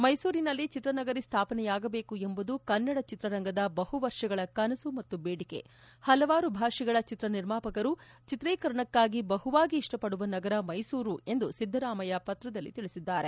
ಮೈಸೂರಿನಲ್ಲಿ ಚಿತ್ರನಗರಿ ಸ್ವಾಪನೆಯಾಗಬೇಕು ಎಂಬುದು ಕನ್ನಡ ಚಿತ್ರರಂಗದ ಬಹುವರ್ಷಗಳ ಕನಸು ಮತ್ತು ಬೇಡಿಕೆ ಪಲವಾರು ಭಾಷೆಗಳ ಚಿತ್ರನಿರ್ಮಾಪಕರು ಚಿತ್ರೀಕರಣಕ್ಕಾಗಿ ಬಹುವಾಗಿ ಇಷ್ಟಪಡುವ ನಗರ ಮೈಸೂರು ಎಂದು ಸಿದ್ದರಾಮಯ್ಯ ಪತ್ರದಲ್ಲಿ ತಿಳಿಸಿದ್ದಾರೆ